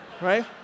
Right